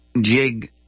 jig